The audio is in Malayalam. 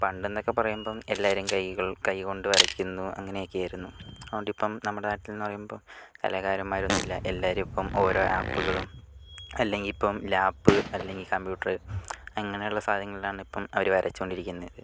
പണ്ടെന്നൊക്കെ പറയുമ്പോൾ എല്ലാവരും കൈകള് കൈ കൊണ്ട് വരയ്ക്കുന്നു അങ്ങനെയൊക്കെ ആയിരുന്നു അതുകൊണ്ടിപ്പം നമ്മുടെ നാട്ടിലെന്നു പറയുമ്പോൾ കലാകാരന്മാരൊന്നും ഇല്ല എല്ലാവരും ഇപ്പം ഓരോ ഏപ്പുകളും അല്ലെങ്കിൽ ഇപ്പം ലാപ്പ് അല്ലെങ്കിൽ കമ്പ്യൂട്ടര് അങ്ങനെയുള്ള സാധനങ്ങളിലാണിപ്പം അവർ വരച്ചുകൊണ്ടിരിക്കുന്നത്